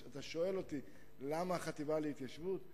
אתה שואל אותי למה החטיבה להתיישבות?